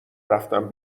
رفتم